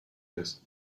this